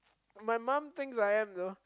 my mom thinks I am though